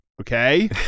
Okay